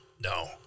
No